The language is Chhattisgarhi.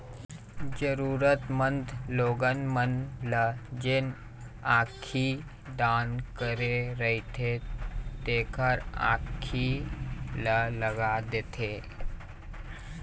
जरुरतमंद लोगन मन ल जेन आँखी दान करे रहिथे तेखर आंखी ल लगा देथे